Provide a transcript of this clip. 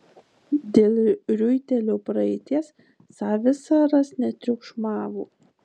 dėl riuitelio praeities savisaras netriukšmavo